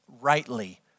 rightly